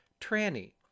tranny